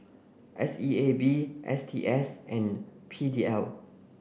S E A B S T S and P D L